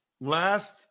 Last